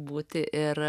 būti ir